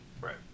Right